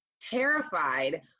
terrified